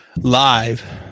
live